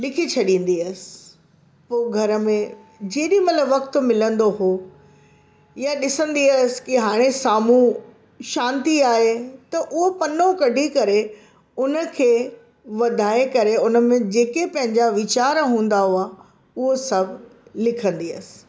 लिखी छॾींदी हुयसि पोइ घर में जेॾीमहिल वक़्तु मिलंदो हो या ॾिसंदी हुयसि की हाणे साम्हूं शांती आहे त उहो पन्नो कढी करे उनखे वधाइ करे उनमें जेके पंहिंजा वीचारु हूंदा हुआ उहो सभु लिखंदी हुयसि